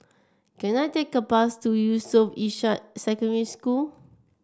can I take a bus to Yusof Ishak Secondary School